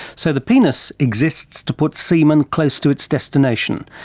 so the penis exists to put semen close to its destination,